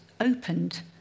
opened